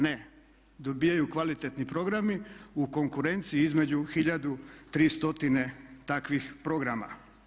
Ne, dobivaju kvalitetni programi u konkurenciji između 1300 takvih programa.